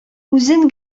үзен